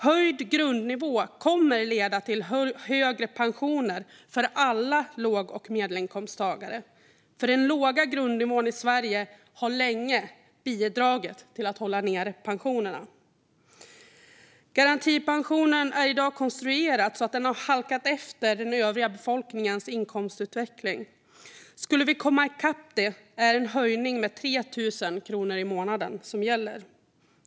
Höjd grundnivå kommer att leda till högre pensioner för alla låg och medelinkomsttagare, för den låga grundnivån i Sverige har länge bidragit till att hålla nere pensionerna. Garantipensionen är i dag konstruerad så att den har halkat efter utvecklingen för den övriga befolkningens inkomster. För att den ska komma i kapp är det en höjning med 3 000 kronor i månaden som gäller.